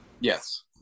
Yes